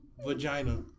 vagina